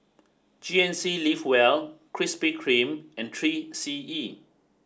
G N C live well Krispy Kreme and three C E